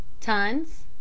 Tons